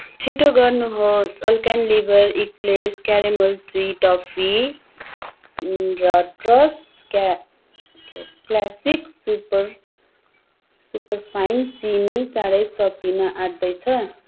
छिटो गर्नुहोस् Alpenliebe eclairs caramel chewy toffee र ट्रस्ट क्या क्लासिक सुपर सुपरफाइन चिनी चाँडै सकिन आँट्दैछ